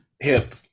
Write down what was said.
hip